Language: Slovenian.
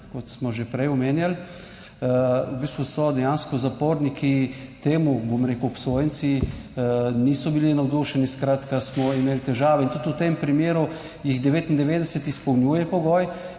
kot smo že prej omenjali, v bistvu so dejansko zaporniki, temu bom rekel obsojenci niso bili navdušeni, skratka smo imeli težave. In tudi v tem primeru jih 99 izpolnjuje pogoj